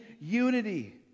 unity